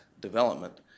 development